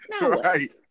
Right